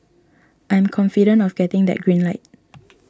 I am confident of getting that green light